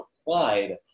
applied